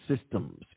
systems